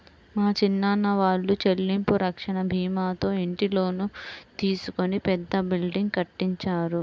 మా చిన్నాన్న వాళ్ళు చెల్లింపు రక్షణ భీమాతో ఇంటి లోను తీసుకొని పెద్ద బిల్డింగ్ కట్టించారు